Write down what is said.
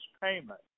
payment